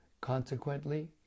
Consequently